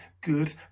good